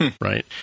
right